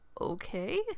okay